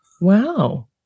Wow